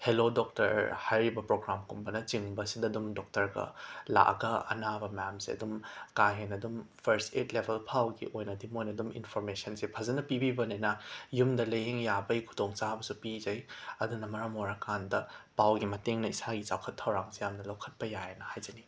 hello doctor ꯍꯥꯏꯔꯤꯕ ꯄ꯭ꯔꯣꯒ꯭ꯔꯥꯝꯒꯨꯝꯕꯅꯆꯤꯡꯕꯁꯤꯗ ꯑꯗꯨꯝ ꯗꯣꯛꯇꯔꯒ ꯂꯥꯛꯑꯒ ꯑꯅꯥꯕ ꯃꯌꯥꯝꯁꯦ ꯑꯗꯨꯝ ꯀꯥ ꯍꯦꯟꯅ ꯑꯗꯨꯝ ꯐꯔꯁ ꯑꯦꯠ ꯂꯦꯕꯦꯜ ꯐꯥꯎꯕꯒꯤ ꯑꯣꯏꯅꯗꯤ ꯃꯣꯏꯅ ꯑꯗꯨꯝ ꯏꯟꯐꯣꯔꯃꯦꯁꯟꯁꯦ ꯐꯖꯅ ꯄꯤꯕꯤꯕꯅꯤꯅ ꯌꯨꯝꯗ ꯂꯥꯌꯦꯡꯕ ꯌꯥꯕꯒꯤ ꯈꯨꯗꯣꯡꯆꯥꯕꯁꯨ ꯄꯤꯖꯩ ꯑꯗꯨꯅ ꯃꯔꯝ ꯑꯣꯏꯔꯀꯥꯟꯗ ꯄꯥꯎꯒꯤ ꯃꯇꯦꯡꯅ ꯏꯁꯥꯒꯤ ꯆꯥꯎꯈꯠ ꯊꯧꯔꯥꯡꯁꯦ ꯌꯥꯝꯅ ꯂꯧꯈꯠꯄ ꯌꯥꯏꯌꯦꯅ ꯍꯥꯏꯖꯅꯤꯡꯏ